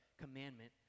commandment